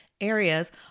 areas